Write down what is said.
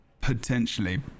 Potentially